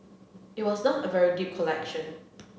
it was not a very deep collection